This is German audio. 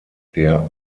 der